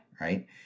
Right